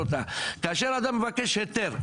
כאשר אדם מבקש היתר,